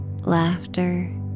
Laughter